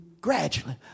gradually